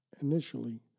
initially